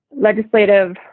legislative